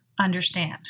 understand